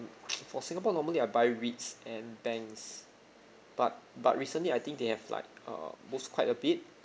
for singapore normally I buy REITS and banks but but recently I think they have like uh moves quite a bit